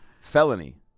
Felony